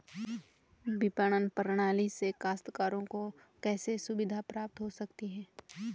विपणन प्रणाली से काश्तकारों को कैसे सुविधा प्राप्त हो सकती है?